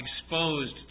exposed